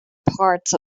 parts